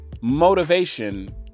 motivation